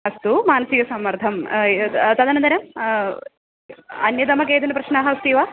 अस्तु मानसिकसम्मर्दं तदनन्तरम् अन्यतमः केचन प्रश्नः अस्ति वा